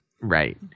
Right